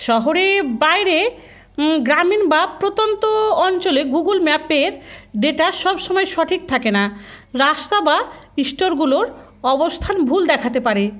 শহরে বাইরে গ্রামীণ বা প্রত্যন্ত অঞ্চলে গুগল ম্যাপের ডেটা সব সময় সঠিক থাকে না রাস্তা বা স্টোরগুলোর অবস্থান ভুল দেখাতে পারে